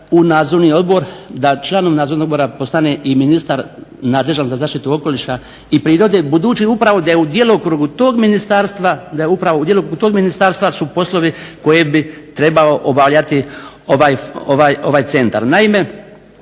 u Nadzorni odbor, da članovi Nadzornog odbora postane i ministar nadležan za zaštitu okoliša i prirode budući upravo da je u djelokrugu tog ministarstva su poslovi koje bi trebao obavljati ovaj centar.